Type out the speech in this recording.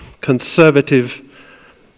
conservative